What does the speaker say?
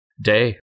Day